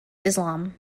islam